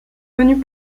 connue